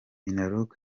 minaloc